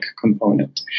component